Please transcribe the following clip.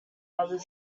other